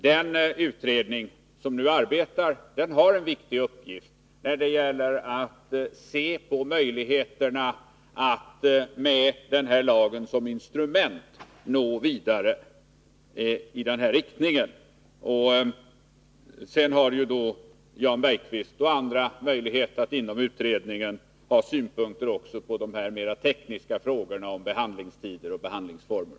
Den utredning som nu arbetar har en viktig uppgift att fullgöra. Den skall studera möjligheterna att med denna lag som instrument nå vidare i denna riktning. Jan Bergqvist och andra har möjlighet att inom utredningen framföra synpunkter också på mer tekniska frågor som behandlingstider och behandlingsformer.